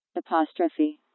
apostrophe